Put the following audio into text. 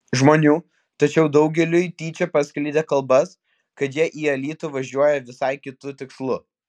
žmonių tačiau daugeliui tyčia paskleidė kalbas kad jie į alytų važiuoja visai kitu tikslu